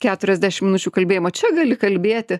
keturiasdešimt minučių kalbėjimo čia gali kalbėti